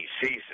season